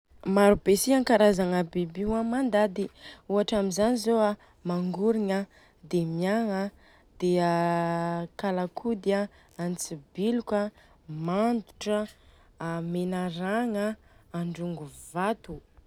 Maro be si an ankarazagna biby io mandady. Ohatra amizany zô a mangorigna a, miagna an de a kalakody an, antsibiloka, mandotra an, a menaragna an, androngovato.